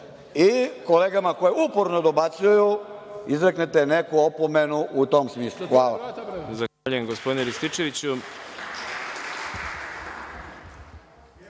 i kolegama koji uporno dobacuju izreknete neku opomenu u tom smislu. Hvala.